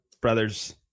Brothers